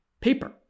paper